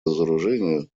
разоружению